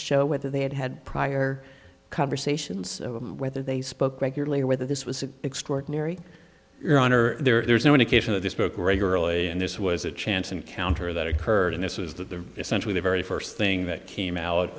show whether they had had prior conversations whether they spoke regularly or whether this was extraordinary your honor there's no indication of this book regularly and this was a chance encounter that occurred in this is that the essentially the very first thing that came out